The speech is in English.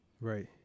Right